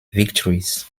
victories